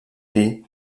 dir